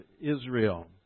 Israel